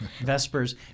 Vespers